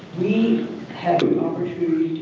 we have an opportunity